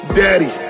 daddy